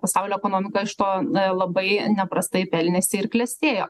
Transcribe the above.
pasaulio ekonomika iš to labai neprastai pelnėsi ir klestėjo